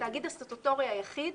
התאגיד הסטטוטורי היחיד